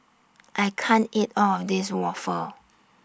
I can't eat All of This Waffle